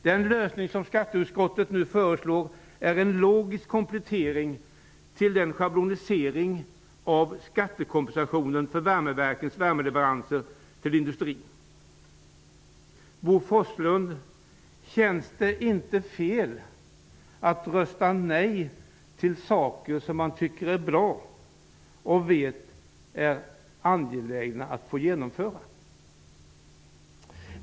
Den lösning som skatteutskottet nu föreslår är en logisk komplettering till den schabloniserade skattekompensationen beträffande värmeverkens värmeleveranser till industrin. Bo Forslund, känns det inte fel att rösta nej till saker som man tycker är bra och som man vet att det är angeläget att få genomföra?